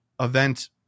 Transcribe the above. event